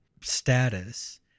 status